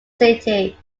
city